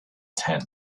tent